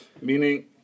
Meaning